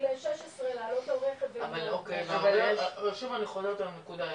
16 לעלות על רכב --- שוב אני חוזרת על הנקודה,